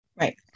Right